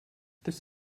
this